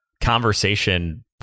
conversation